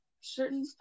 certain